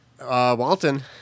Walton